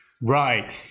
Right